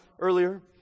earlier